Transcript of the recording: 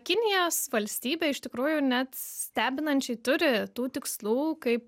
kinijos valstybė iš tikrųjų net stebinančiai turi tų tikslų kaip